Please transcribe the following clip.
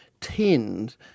tend